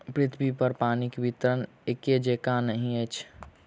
पृथ्वीपर पानिक वितरण एकै जेंका नहि अछि